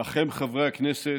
לכם, חברי הכנסת,